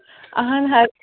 اَہن حظ